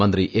മന്ത്രി എ